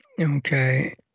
okay